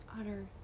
utter